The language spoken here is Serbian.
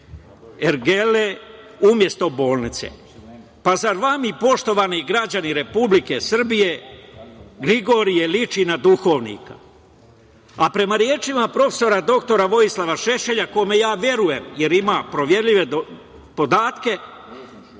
umesto bolnice. Da li vama, poštovani građani Republike Srbije, Gligorije liči na duhovnika? Prema rečima prof. dr Vojislava Šešelja kome ja verujem, jer ima proverljive podatke,